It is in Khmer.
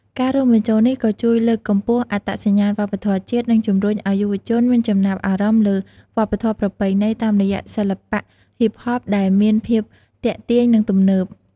ការរួមបញ្ចូលនេះក៏ជួយលើកកម្ពស់អត្តសញ្ញាណវប្បធម៌ជាតិ និងជំរុញឲ្យយុវជនមានចំណាប់អារម្មណ៍លើវប្បធម៌ប្រពៃណីតាមរយៈសិល្បៈហ៊ីបហប ដែលមានភាពទាក់ទាញ និងទំនើប។